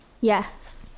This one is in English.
Yes